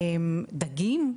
דגים,